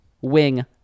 wing